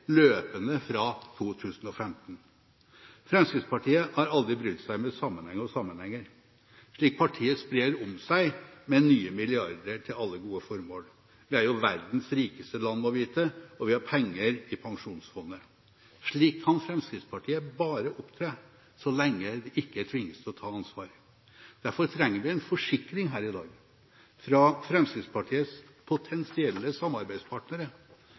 løpende fra 2015. Fremskrittpartiet har aldri brydd seg med sammenheng og sammenhenger, slik partiet sprer om seg med nye milliarder til alle gode formål. Vi er jo verdens rikeste land, må vite, og vi har penger i Pensjonsfondet. Slik kan Fremskrittspartiet bare opptre så lenge de ikke tvinges til å ta ansvar. Derfor trenger vi en forsikring her i dag fra Fremskrittspartiets potensielle samarbeidspartnere,